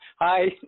Hi